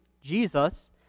Jesus